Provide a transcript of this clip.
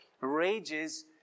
rages